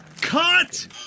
Cut